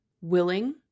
willing